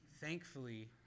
thankfully